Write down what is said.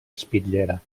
espitllera